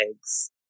eggs